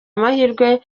amahirwe